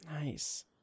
Nice